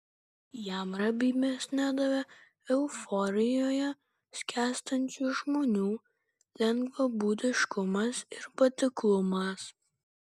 jam ramybės nedavė euforijoje skęstančių žmonių lengvabūdiškumas ir patiklumas